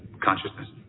consciousness